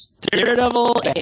Daredevil